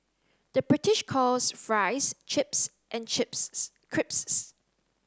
the British calls fries chips and chips crisps